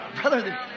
Brother